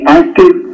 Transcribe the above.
active